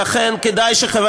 לעצמנו